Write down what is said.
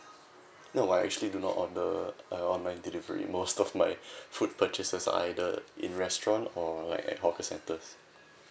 no I actually do not order uh online delivery most of my food purchases are either in restaurant or like at hawker centres